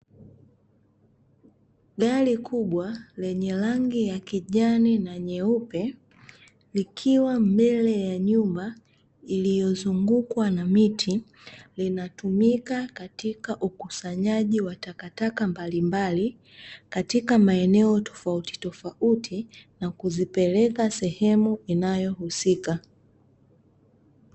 Gari kubwa lenye rangi ya kijani na nyeupe, likiwa mbele ya nyumba iliyozungukwa na miti, linatumika katika ukusanyaji wa takataka mbalimbali katika maeneo tofauti tofauti na kuzipeleka sehemu inayohusika.